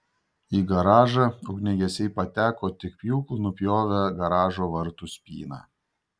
į garažą ugniagesiai pateko tik pjūklu nupjovę garažo vartų spyną